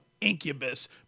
Incubus